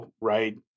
right